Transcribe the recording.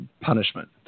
punishment